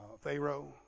Pharaoh